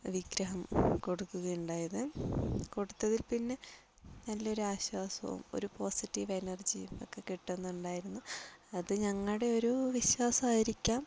വിഗ്രഹം കൊടുക്കുകയുണ്ടായത് കൊടുത്തതിൽ പിന്നെ നല്ലൊരു ആശ്വാസവും ഒരു പോസിറ്റീവ് എനർജിയും ഒക്കെ കിട്ടുന്നുണ്ടായിരുന്നു അതു ഞങ്ങളുടെയൊരു വിശ്വാസമായിരിക്കാം